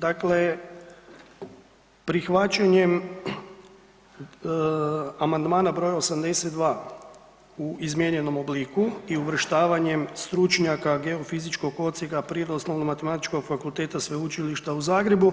Dakle, prihvaćanjem amandmana br. 82 u izmijenjenom obliku i uvrštavanjem stručnjaka GO fizičkog odsjeka Prirodoslovno matematičkog fakulteta Sveučilišta u Zagrebu